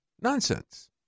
Nonsense